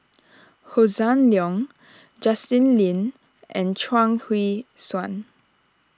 Hossan Leong Justin Lean and Chuang Hui Tsuan